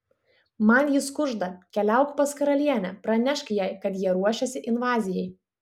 man jis kužda keliauk pas karalienę pranešk jai kad jie ruošiasi invazijai